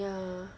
ya